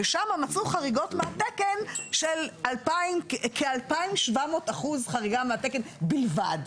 ושמה מצאו חריגות מהתקן של כ- 2700% חריגה מהתקן בלבד.